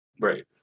right